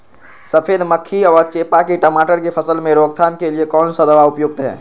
सफेद मक्खी व चेपा की टमाटर की फसल में रोकथाम के लिए कौन सा दवा उपयुक्त है?